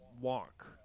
walk